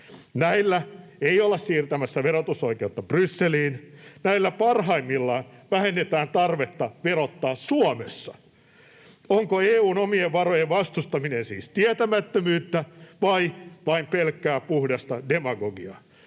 Näillä ei olla siirtämässä verotusoikeutta Brysseliin, näillä parhaimmillaan vähennetään tarvetta verottaa Suomessa. Onko EU:n omien varojen vastustaminen siis tietämättömyyttä vai vain pelkkää puhdasta demagogiaa?